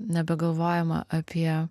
nebegalvojama apie